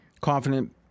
confident